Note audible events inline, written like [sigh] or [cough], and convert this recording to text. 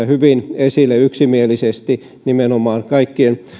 [unintelligible] hyvin esille yksimielisesti nimenomaan kaikkien